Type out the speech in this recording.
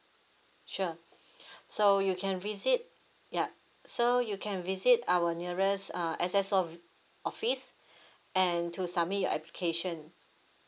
sure so you can visit yup so you can visit our nearest uh S_S_O of~ office and to submit your application